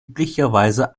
üblicherweise